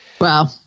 Wow